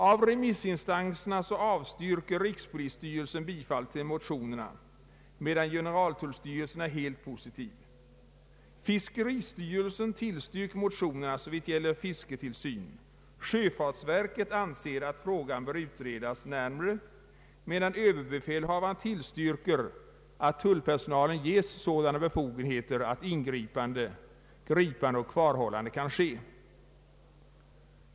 Av — remissinstanserna =<+avstyrker rikspolisstyrelsen bifall till motionerna, medan <:generaltullstyrelsen är helt positiv. Fiskeristyrelsen tillstyrker motionsyrkandena såvitt gäller fisketillsyn. Sjöfartsverket anser att frågan bör utredas närmare, medan överbefälhavaren tillstyrker att tullpersonalen ges sådana befogenheter att ”ingripande kan ske”.